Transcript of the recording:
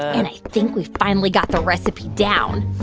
and i think we finally got the recipe down